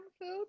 food